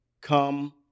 come